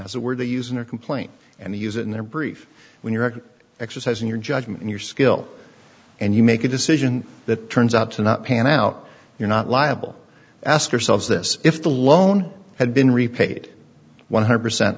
that's the word they use in their complaint and they use it in their brief when you're exercising your judgment and your skill and you make a decision that turns out to not pan out you're not liable ask yourselves this if the loan had been repaid one hundred percent